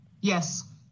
Yes